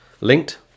linked